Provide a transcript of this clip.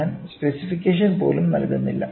ഞാൻ സ്പെസിഫിക്കേഷൻ പോലും നൽകുന്നില്ല